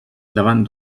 davant